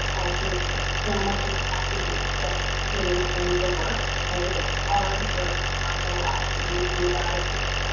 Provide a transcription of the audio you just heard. and i think so much of it has to do with just putting in the work, and it is hard work, i'm not going to lie, but we've you know got to do it.